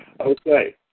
Okay